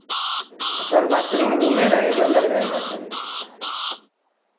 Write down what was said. अ sir bathroom room में रहेगा कि अलग रहेगा सब